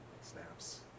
Snaps